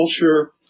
culture